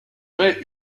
vrai